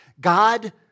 God